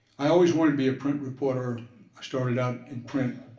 i always wanted to be a print reporter, i started out in print,